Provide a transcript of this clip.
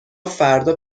فردا